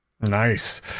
nice